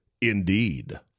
Indeed